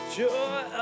joy